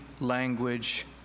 language